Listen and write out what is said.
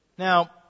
Now